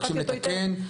מבקש לתקן.